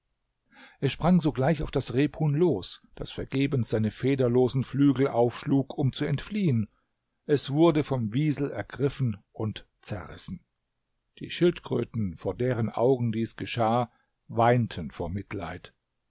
es sprang sogleich auf das rebhuhn los das vergebens seine federlosen flügel aufschlug um zu entfliehen es wurde vom wiesel ergriffen und zerrissen die schildkröten vor deren augen dies geschah weinten vor mitleid